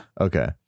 okay